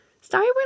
Sorry